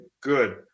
good